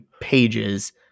pages